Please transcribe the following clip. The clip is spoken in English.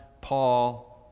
Paul